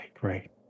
great